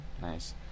Nice